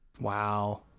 Wow